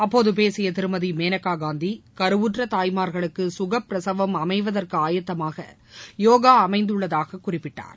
அப்போது பேசிய திருமதி மேளகா காந்தி கருவுற்ற தாய்மார்களுக்கு சுகப்பிரசவம் அமைவதற்கு ஆயத்தமாக யோகா அமைந்துள்ளதாக குறிப்பிட்டார்